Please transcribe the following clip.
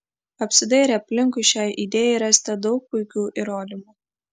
apsidairę aplinkui šiai idėjai rasite daug puikių įrodymų